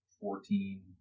fourteen